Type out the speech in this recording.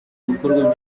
ibikorwa